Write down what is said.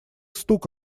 стук